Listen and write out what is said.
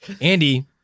Andy